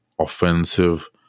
offensive